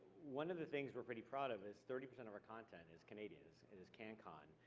one of the things we're pretty proud of is thirty percent of our content is canadian, is and is cancon,